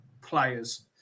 players